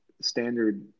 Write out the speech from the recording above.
standard